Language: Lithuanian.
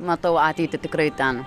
matau ateitį tikrai ten